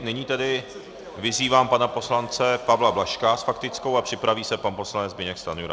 Nyní tedy vyzývám pana poslance Pavla Blažka s faktickou a připraví se pan poslanec Zbyněk Stanjura.